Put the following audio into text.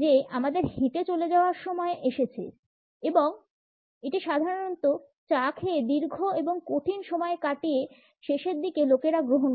যে আমাদের হেঁটে চলে যাওয়ার সময় এসেছে এবং এটি সাধারণত চা খেয়ে দীর্ঘ এবং কঠিন সময় কাটিয়ে শেষের দিকে লোকেরা গ্রহণ করে